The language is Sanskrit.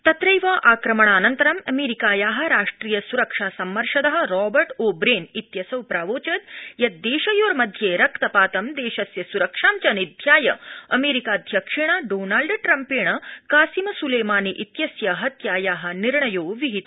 तत्रैव आक्रमणानन्तरं अमेरिकाया राष्ट्रिय सुरक्षा सम्मर्शद रॉबर्ट ओ ब्रेन इत्यसौ प्रावोचद यत् देशयोर्मघ्ये रक्तपातं देशस्य सुरक्षां च निध्याय अमेरिकाध्यक्षेण डोनॅल्ड ट्रम्पेण कासिम सुलेमानी इत्यस्य हत्याया निर्णय विहित